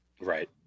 right